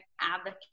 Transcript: advocate